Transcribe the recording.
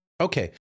Okay